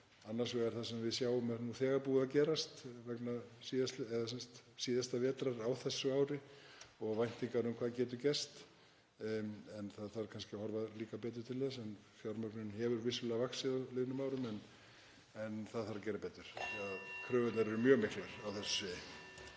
annars vegar það sem við sjáum að er nú þegar búið að gerast síðasta vetur, á þessu ári, og væntingar um hvað getur gerst. En það þarf kannski að horfa betur til þess. Fjármögnun hefur vissulega vaxið á liðnum árum en það þarf að gera betur. Kröfurnar eru mjög miklar á þessu